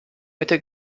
mitte